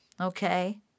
Okay